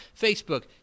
Facebook